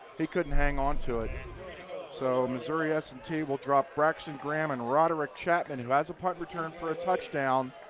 he couldn't hang on to it so missouri s and t will drop braxton graham and roderick chapman, who has a punt return for a touchdown.